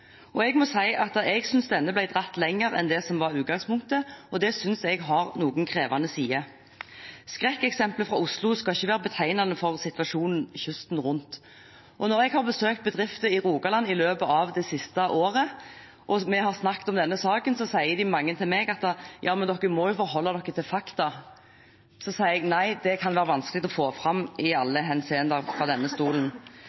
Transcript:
Stortinget. Jeg synes denne ble dratt lenger enn det som var utgangspunktet, og at det har noen krevende sider. Skrekkeksemplet fra Oslo skal ikke være betegnende for situasjonen kysten rundt. Når jeg har besøkt bedrifter i Rogaland i løpet av det siste året, og vi har snakket om denne saken, sier mange til meg: Men dere må jo forholde dere til fakta. Da sier jeg at det kan være vanskelig å få fram i